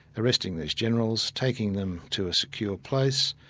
arresting these generals, taking them to a secure place,